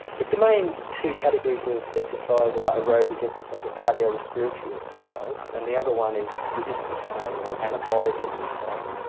the the main two categories of exercise are aerobic exercise or cardiorespiratory exercise, and the other one is resistance training or anabolic exercise.